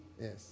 Yes